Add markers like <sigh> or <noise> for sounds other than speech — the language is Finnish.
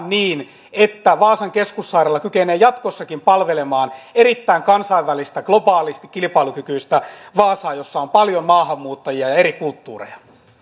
<unintelligible> niin että vaasan keskussairaala kykenee jatkossakin palvelemaan erittäin kansainvälistä globaalisti kilpailukykyistä vaasaa jossa on paljon maahanmuuttajia ja eri kulttuureja